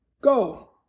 Go